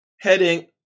heading